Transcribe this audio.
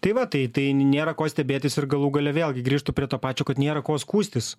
tai va tai tai nėra ko stebėtis ir galų gale vėlgi grįžtu prie to pačio kad nėra ko skųstis